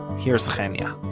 here's henya.